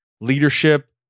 leadership